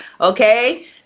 okay